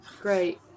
great